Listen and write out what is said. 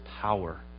power